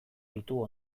ditu